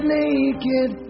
naked